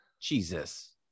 Jesus